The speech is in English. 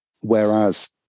whereas